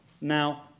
Now